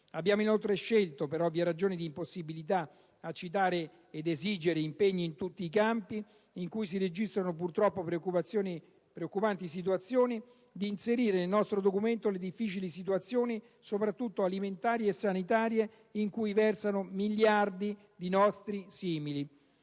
Abbiamo inoltre scelto, per ovvie ragioni di impossibilità a citare ed esigere impegni in tutti i campi in cui si registrano purtroppo preoccupanti situazioni, di inserire nel nostro documento le difficili condizioni, soprattutto alimentari e sanitarie, in cui versano miliardi di nostri simili.